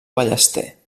ballester